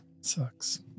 sucks